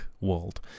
world